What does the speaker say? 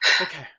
Okay